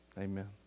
Amen